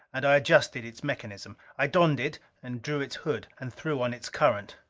and i adjusted its mechanism. i donned it and drew its hood, and threw on its current.